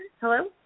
Hello